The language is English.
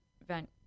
event